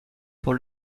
pour